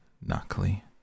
knuckly